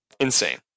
Insane